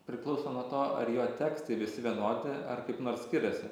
priklauso nuo to ar jo tekstai visi vienodi ar kaip nors skiriasi